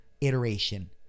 iteration